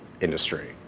industry